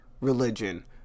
religion